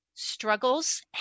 struggles